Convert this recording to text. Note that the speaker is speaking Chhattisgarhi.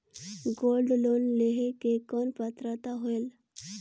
गोल्ड लोन लेहे के कौन पात्रता होएल?